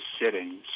sittings